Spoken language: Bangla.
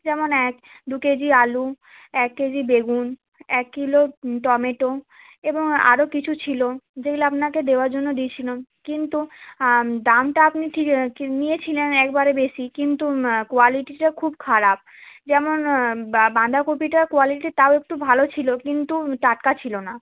যেমন এক দু কেজি আলু এক কেজি বেগুন এক কিলো টমেটো এবং আরও কিছু ছিলো যেগুলো আপনাকে দেওয়ার জন্য দিছিলাম কিন্তু দামটা আপনি ঠিক নিয়েছিলেন একবারে বেশি কিন্তু কোয়ালিটিটা খুব খারাপ যেমন বাঁ বান্দাকপিটা কোয়ালিটি তাও একটু ভালো ছিলো কিন্তু টাটকা ছিলো না